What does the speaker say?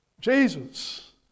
Jesus